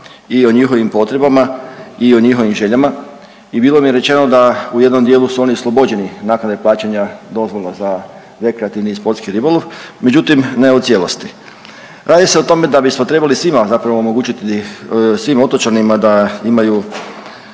i o njihovim potrebama i o njihovim željama i bilo mi je rečeno u jednom dijelu su oni oslobođeni naknade plaćanja dozvola za rekreativni i sportski ribolov, međutim, ne u cijelosti. Radi se o tome da bismo trebali zapravo svima omogućiti, svim otočanima da imaju